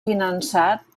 finançat